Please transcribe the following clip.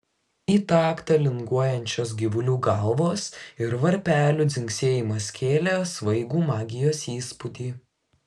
į taktą linguojančios gyvulių galvos ir varpelių dzingsėjimas kėlė svaigų magijos įspūdį